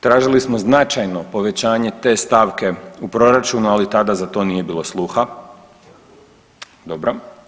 Tražili smo značajno povećanje te stavke u proračunu, ali tada za to nije bilo sluha, dobro.